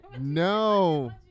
No